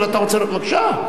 בבקשה.